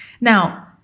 Now